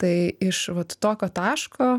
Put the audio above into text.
tai iš vat tokio taško